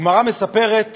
הגמרא מספרת